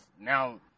now